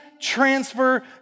transfer